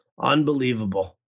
Unbelievable